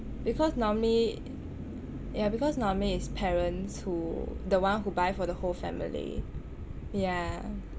because normally ya because normally it's parents who the one who buy for the whole family ya